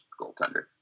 goaltender